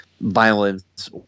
violence